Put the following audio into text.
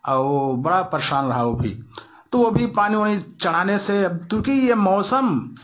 औओर बड़ा परेशान रहा वो भी तो अभी पानी वानी चढ़ाने से अब चूकीं ये मौसम